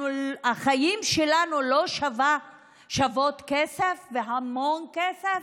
החיים שלנו לא שווים כסף, והמון כסף?